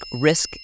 risk